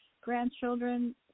grandchildren